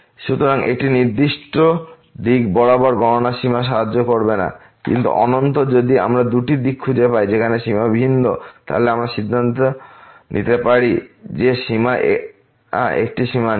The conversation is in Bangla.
সুতরাং একটি নির্দিষ্ট দিক বরাবর গণনা সীমা সাহায্য করবে না কিন্তু অন্তত যদি আমরা দুটি দিক খুঁজে পাই যেখানে সীমা ভিন্ন তাহলে আমরা সিদ্ধান্ত নিতে পারি যে সীমা একটি সীমা নেই